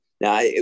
Now